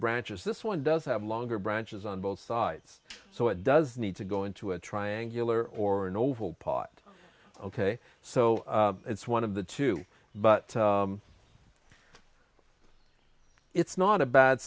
branches this one does have longer branches on both sides so it does need to go into a triangular or an oval pot ok so it's one of the two but it's not a bad